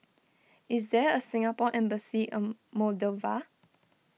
is there a Singapore Embassy Moldova